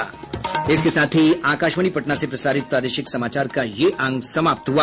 इसके साथ ही आकाशवाणी पटना से प्रसारित प्रादेशिक समाचार का ये अंक समाप्त हुआ